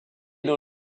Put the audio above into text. dans